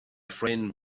friend